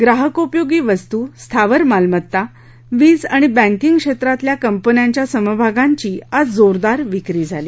ग्राहकोपयोगी वस्तू स्थावर मालमत्ता वीज आणि बैंकिंग क्षेत्रातल्या कंपन्यांच्या समभागांची आज जोरदार विक्री झाली